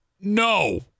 No